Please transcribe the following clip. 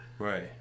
Right